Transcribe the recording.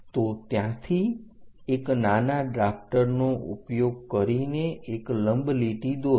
તો ત્યાંથી એક નાના ડ્રાફટર નો ઉપયોગ કરીને એક લંબ લીટી દોરો